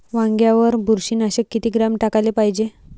वांग्यावर बुरशी नाशक किती ग्राम टाकाले पायजे?